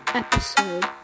episode